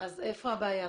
אז איפה הבעיה?